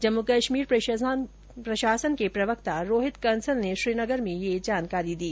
जम्मू कश्मीर प्रशासन के प्रवक्ता रोहित कंसल ने श्रीनगर में यह जानकारी दी